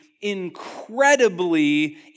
incredibly